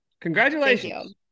Congratulations